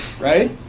Right